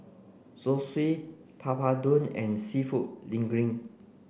Zosui Papadum and Seafood Linguine